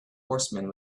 horsemen